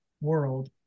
world